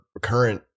current